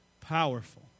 powerful